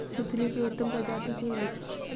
सुथनी केँ उत्तम प्रजाति केँ अछि?